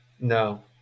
No